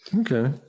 Okay